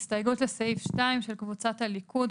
הסתייגות לסעיף 2 של קבוצת הליכוד,